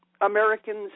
Americans